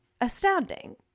astounding